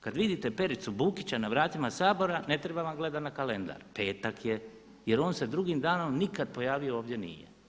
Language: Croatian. Kada vidite Pericu Bukića na vratima Sabora, ne treba vam gledati na kalendar, petak je, je on se drugim danom nikada pojavio ovdje nije.